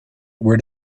were